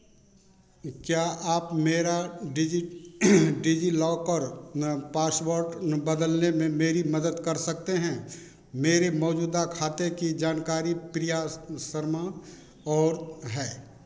क्या आप मेरा डीजी डीजीलौकर में पासवर्ड बदलने में मेरी मदद कर सकते हैं मेरे मौजूदा खाते की जानकारी प्रिया शर्मा और है